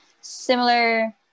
similar